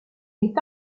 est